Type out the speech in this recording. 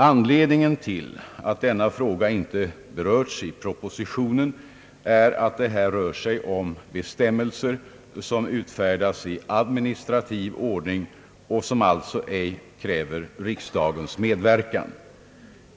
Orsaken till att denna fråga inte har berörts i propositionen är att det här gäller bestämmelser, som utfärdas i administrativ ordning och som alltså ej kräver riksdagens medverkan.